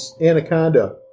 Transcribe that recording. anaconda